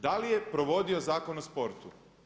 Da li je provodio Zakon o sportu?